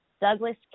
Douglas